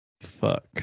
Fuck